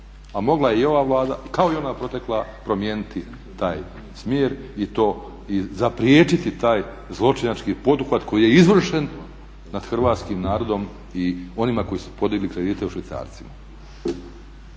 A mogla je i ova Vlada, kao i on protekla promijeniti taj smjer i zapriječiti taj zločinački poduhvat koji je izvršen nad hrvatskim narodom i onima koji su podigli kredite u švicarcima.